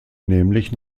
nämlich